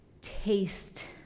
taste